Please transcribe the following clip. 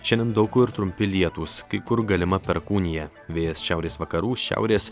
šiandien daug kur trumpi lietūs kai kur galima perkūnija vėjas šiaurės vakarų šiaurės